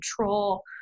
control